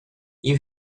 you